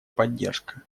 поддержка